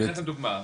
אני אתן לך דוגמא.